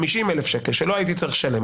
50,000 ש"ח שלא הייתי צריך לשלם,